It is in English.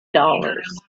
dollars